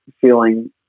feeling